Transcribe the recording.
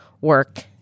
work